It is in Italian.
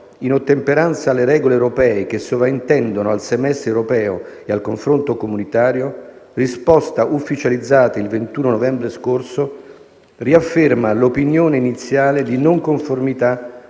in ottemperanza alle regole europee che sovrintendono al semestre europeo e al confronto comunitario, risposta ufficializzata il 21 novembre scorso, riafferma l'opinione iniziale di non conformità